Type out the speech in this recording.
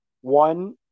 one